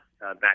back